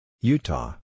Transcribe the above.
Utah